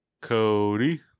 Cody